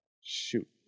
Shoot